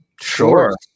Sure